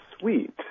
sweet